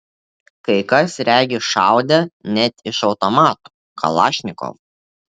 kai kas regis šaudė net iš automatų kalašnikov